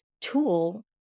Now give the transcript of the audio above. tool